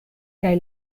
kaj